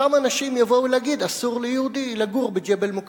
אותם אנשים יבואו להגיד: אסור ליהודי לגור בג'בל-מוכבר.